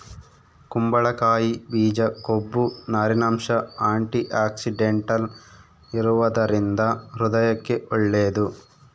ಕುಂಬಳಕಾಯಿ ಬೀಜ ಕೊಬ್ಬು, ನಾರಿನಂಶ, ಆಂಟಿಆಕ್ಸಿಡೆಂಟಲ್ ಇರುವದರಿಂದ ಹೃದಯಕ್ಕೆ ಒಳ್ಳೇದು